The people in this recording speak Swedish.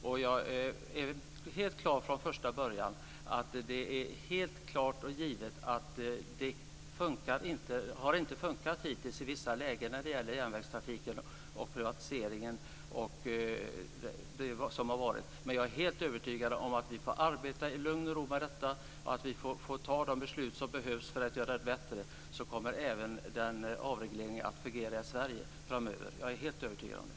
Det är helt klart från första början att det är givet att det hittills inte har fungerat i vissa lägen när det gäller järnvägstrafiken och privatiseringen. Men jag är helt övertygad om att om vi får arbeta i lugn och ro med detta, får fatta de beslut som behövs för att göra det bättre, så kommer avregleringen att fungera även i Sverige framöver. Jag är helt övertygad om det.